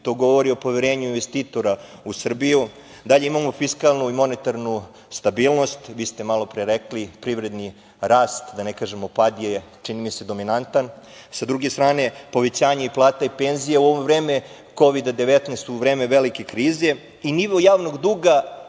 To govori o poverenju investitora u Srbiju. Dalje, imamo fiskalnu i monetarnu stabilnost, malopre ste rekli privredni rast, da ne kažemo pad je čini mi se, dominantan. Sa druge strane, povećanje plata i penzija u ovo vreme Kovida 19, u vreme velike krize. I nivo javnog duga